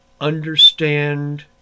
understand